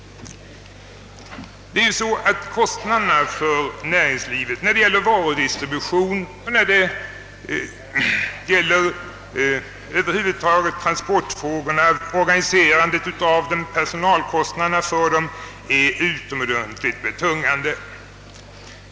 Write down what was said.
Näringslivets kostnader för varudistributionen och transporterna över huvud taget, organiserandet av dem, personalkostnaderna i detta sammanhang är utomordentligt betungande.